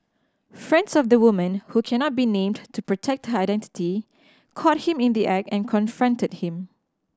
friends of the woman who cannot be named to protect her identity caught him in the act and confronted him